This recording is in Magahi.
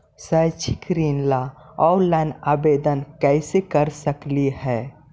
शैक्षिक ऋण ला ऑनलाइन आवेदन कैसे कर सकली हे?